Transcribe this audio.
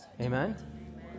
Amen